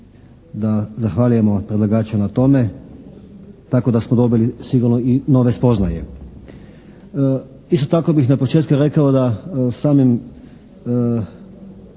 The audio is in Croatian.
da zahvaljujemo predlagaču na tome, tako da smo dobili sigurno i nove spoznaje. Isto tako bih na početku rekao da samim